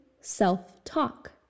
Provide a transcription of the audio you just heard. self-talk